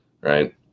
right